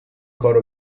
کارو